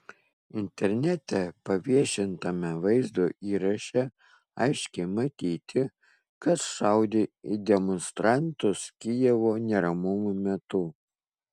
internete paviešintame vaizdo įraše aiškiai matyti kas šaudė į demonstrantus kijevo neramumų metu